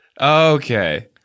Okay